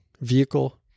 vehicle